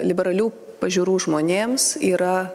liberalių pažiūrų žmonėms yra